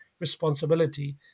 responsibility